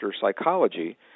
psychology